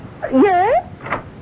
Yes